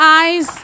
eyes